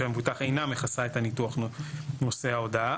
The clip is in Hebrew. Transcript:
המבוטח אינה מכסה את הניתוח נושא ההודעה,